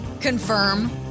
confirm